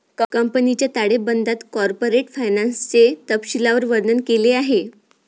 कंपनीच्या ताळेबंदात कॉर्पोरेट फायनान्सचे तपशीलवार वर्णन केले आहे